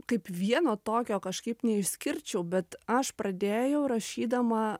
kaip vieno tokio kažkaip neišskirčiau bet aš pradėjau rašydama